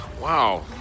Wow